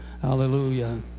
Hallelujah